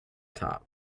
top